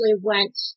went